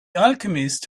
alchemist